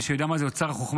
מי שיודע מה זה אוצר החכמה,